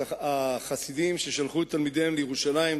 החסידים ששלחו את תלמידיהם לירושלים,